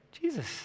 Jesus